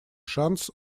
шанс